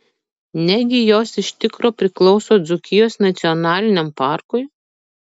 negi jos iš tikro priklauso dzūkijos nacionaliniam parkui